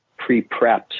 pre-prepped